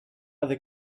other